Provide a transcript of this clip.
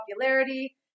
popularity